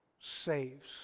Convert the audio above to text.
saves